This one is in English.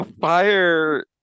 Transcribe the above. fire